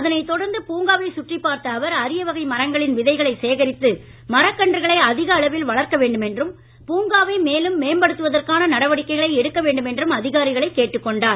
அதனை தொடர்ந்து பூங்காவை சுற்றிப் பார்த்த அவர் அரிய வகை மரங்களின் விதைகளை சேகரித்து மரக் கன்றுகளை அதிக அளவில் வளர்க்க வேண்டும் என்றும் பூங்காவை மேலும் மேம்படுத்துவதற்கான நடவடிக்கைகளை எடுக்க வேண்டும் என்றும் அதிகாரிகளைக் கேட்டுக் கொண்டார்